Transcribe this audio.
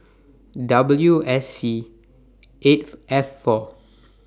W S C eight F four